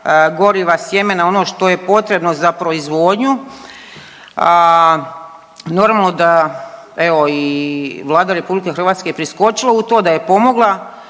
goriva, sjemena, ono što je potrebno za proizvodnju, a normalno da evo i Vlada RH je priskočila u to, da je pomogla